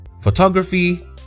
photography